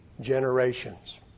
generations